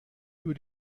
über